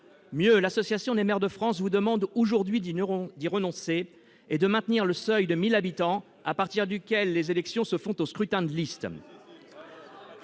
encore, l'Association des maires de France vous demande aujourd'hui d'y renoncer et de maintenir le seuil de 1 000 habitants à partir duquel les élections se font au scrutin de liste,